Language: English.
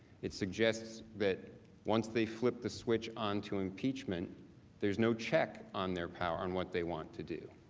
it suggests that once they flip the switch onto impeachment there is no check on their power in what they want to do.